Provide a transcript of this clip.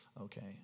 okay